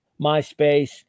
MySpace